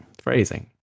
phrasing